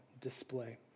display